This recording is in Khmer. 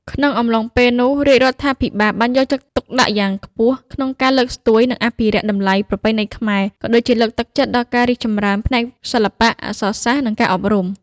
ក្នុងអំឡុងពេលនោះ រាជរដ្ឋាភិបាលបានយកចិត្តទុកដាក់ខ្ពស់ក្នុងការលើកស្ទួយ និងអភិរក្សតម្លៃប្រពៃណីខ្មែរ ក៏ដូចជាលើកទឹកចិត្តដល់ការរីកចម្រើនផ្នែកសិល្បៈ អក្សរសាស្ត្រ និងការអប់រំ។